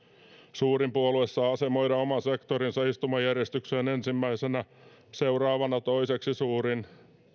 suurin puolue saa asemoida oman sektorinsa istumajärjestykseen ensimmäisenä seuraavana toiseksi suurin